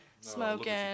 smoking